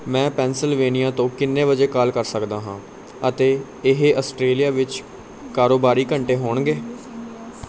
ਮੈਂ ਪੈਨਸਿਲਵੇਨੀਆ ਤੋਂ ਕਿੰਨੇ ਵਜੇ ਕਾਲ ਕਰ ਸਕਦਾ ਹਾਂ ਅਤੇ ਇਹ ਆਸਟ੍ਰੇਲੀਆ ਵਿੱਚ ਕਾਰੋਬਾਰੀ ਘੰਟੇ ਹੋਣਗੇ